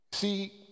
See